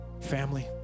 Family